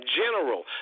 general